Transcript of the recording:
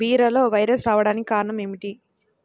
బీరలో వైరస్ రావడానికి కారణం ఏమిటి?